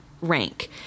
rank